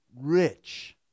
rich